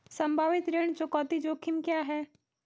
संभावित ऋण चुकौती जोखिम क्या हैं?